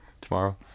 tomorrow